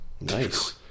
Nice